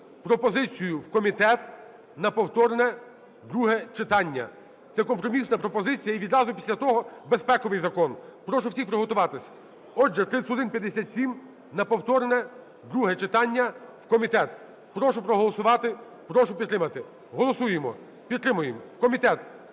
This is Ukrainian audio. пропозицію в комітет на повторне друге читання. Це компромісна пропозиція, і відразу після того безпековий закон. Прошу всіх приготуватись. Отже, 3157 – на повторне друге читання в комітет. Прошу проголосувати, прошу підтримати. Голосуємо, підтримуємо. В комітет.